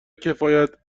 کفایت